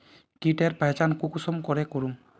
कीटेर पहचान कुंसम करे करूम?